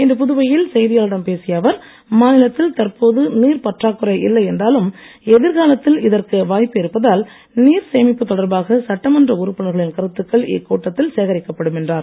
இன்று புதுவையில் செய்தியாளர்களிடம் பேசிய அவர் மாநிலத்தில் தற்போது நீர் பற்றாக்குறை இல்லை என்றாலும் எதிர்காலத்தில் இதற்கு வாய்ப்பு இருப்பதால் நீர் சேமிப்பு தொடர்பாக சட்டமன்ற உறுப்பினர்களின் கருத்துக்கள் இக்கூட்டத்தில் சேகரிக்கப்படும் என்றார்